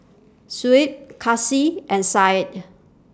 Shuib Kasih and Said